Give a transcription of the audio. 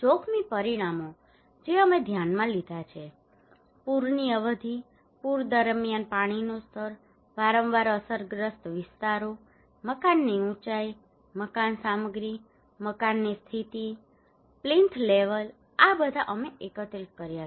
જોખમી પરિમાણો જે અમે ધ્યાનમાં લીધાં છે પૂરની અવધિ પૂર દરમિયાન પાણીનું સ્તર વારંવાર અસરગ્રસ્ત વિસ્તારો મકાનની ઊંચાઇ મકાન સામગ્રી મકાનની સ્થિતિ પ્લિન્થ લેવલ આ બધા અમે એકત્રિત કર્યા છે